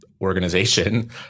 organization